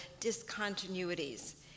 discontinuities